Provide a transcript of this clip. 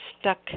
stuck